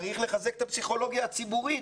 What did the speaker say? צריך לחזק את הפסיכולוגיה הציבורית.